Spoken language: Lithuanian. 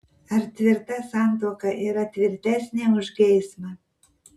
ar tvirta santuoka yra tvirtesnė už geismą